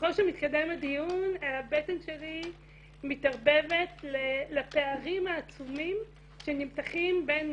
וככל שמתקדם הדיון הבטן שלי מתערבבת לפערים העצומים שנמתחים בין